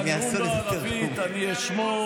את הנאום בערבית אני אשמור.